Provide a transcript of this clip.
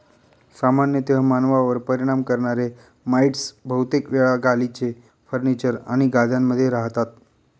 सामान्यतः मानवांवर परिणाम करणारे माइटस बहुतेक वेळा गालिचे, फर्निचर आणि गाद्यांमध्ये रहातात